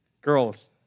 Girls